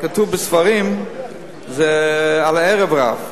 כתוב בספרים שזה הערב-רב.